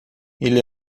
ele